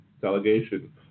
delegation